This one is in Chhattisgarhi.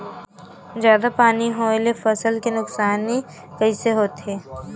जादा पानी होए ले फसल के नुकसानी कइसे होथे?